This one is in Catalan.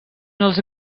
els